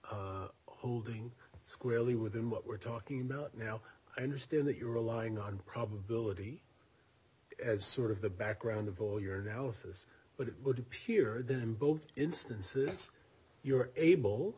douglas holding squarely within what we're talking about now i understand that you're relying on probability as sort of the background of boy or analysis but it would appear them both instances you're able